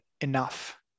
enough